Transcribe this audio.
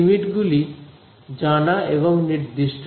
limit গুলি জানা এবং নির্দিষ্ট